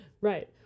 Right